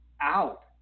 out